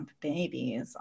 babies